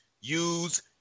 use